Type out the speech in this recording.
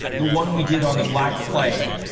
the one we did on the black plague,